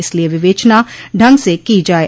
इसलिये विवेचना ढंग से की जाये